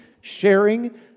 sharing